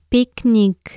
Picnic